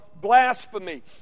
blasphemy